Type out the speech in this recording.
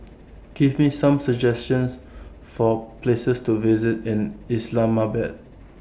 Give Me Some suggestions For Places to visit in Islamabad